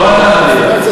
לא אתה, חלילה.